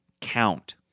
count